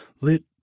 lit